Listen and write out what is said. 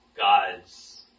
God's